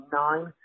nine